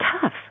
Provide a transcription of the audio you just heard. tough